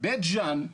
בית ג'אן,